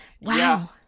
wow